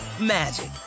magic